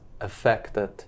affected